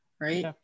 right